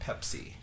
Pepsi